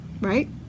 right